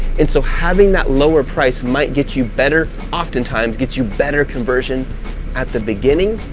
and so having that lower price might get you better oftentimes gets you better conversion at the beginning,